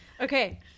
okay